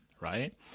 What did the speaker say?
right